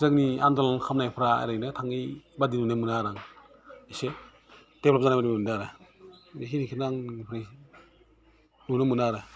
जोंनि आदलन खालामनायफ्रा आरैनो थाङै बा नुनो मोनो आरो आं एसे डेब्लभ जानायबादि मोनदों आरो बे खिनिखौनो आं नुनो मोनो आरो